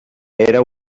era